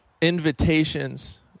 invitations